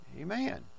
Amen